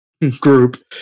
Group